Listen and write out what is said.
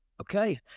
okay